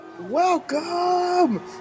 welcome